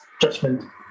judgment